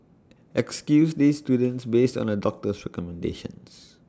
excuse these students based on A doctor's recommendations